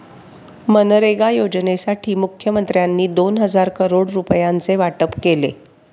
मनरेगा योजनेसाठी मुखमंत्र्यांनी दोन हजार करोड रुपयांचे वाटप केले